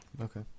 Okay